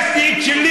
יש לי את שלי,